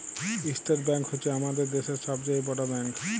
state bank হছে আমাদের দ্যাশের ছব চাঁয়ে বড় ব্যাংক